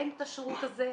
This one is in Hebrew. אין את השירות הזה,